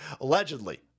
allegedly